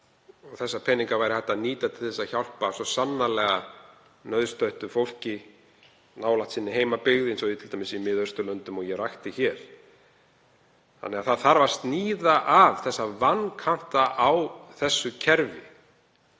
Þessa peninga væri hægt að nýta til að hjálpa sannarlega nauðstöddu fólki nálægt sinni heimabyggð, eins og t.d. í Miðausturlöndum og ég rakti hér. Þannig að það þarf að sníða af þessa vankanta af þessu kerfi.